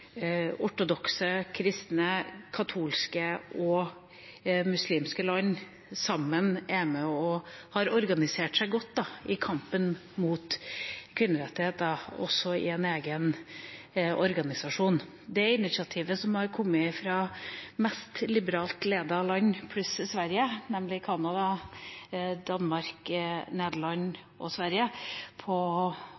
ortodokse kristne, katolske og muslimske land sammen har organisert seg godt i kampen mot kvinnerettigheter, også i en egen organisasjon. Det har kommet initiativ fra de mest liberalt ledede land, nemlig Canada, Danmark, Nederland